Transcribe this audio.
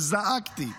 וזעקתי תמיד,